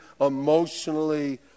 emotionally